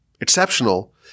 exceptional